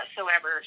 whatsoever